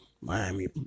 Miami